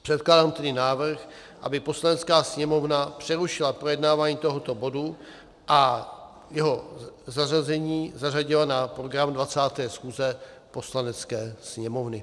Předkládám tedy návrh, aby Poslanecké sněmovna přerušila projednávání tohoto bodu a zařadila ho na program 20. schůze Poslanecké sněmovny.